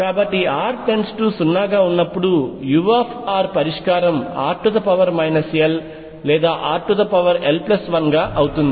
కాబట్టి r 0 గా ఉన్నప్పుడు u పరిష్కారం r l లేదాrl1గా అవుతుంది